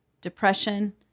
depression-